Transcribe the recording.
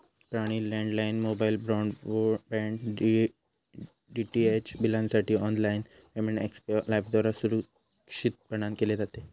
पाणी, landline, mobile, broadband, DTH बिलांसाठी online payment Xpay लाइफद्वारा सुरक्षितपणान केले जाते